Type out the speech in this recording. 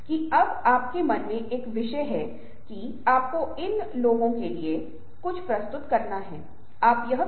जब मै एक थिएटर में बैठता हु तब इस थिएटर में 'कितनी चीज़े हैं जो मेरे बस में नही और कितनी चीज़े हैं जो मेरे बस में हैं